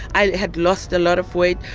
i had lost a lot of weight.